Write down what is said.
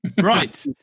right